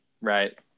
right